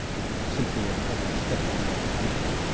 which is simply a step on the way to anarchy.